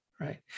right